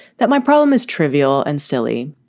that my problem is trivial and silly.